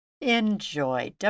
enjoy